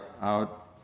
out